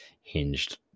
hinged